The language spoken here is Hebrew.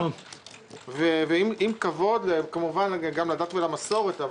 ועם כבוד כמובן גם לדת ולמסורת,